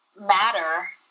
matter